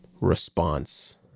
response